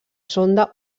sonda